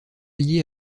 lié